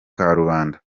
karubanda